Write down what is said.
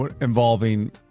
involving